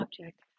object